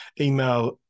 email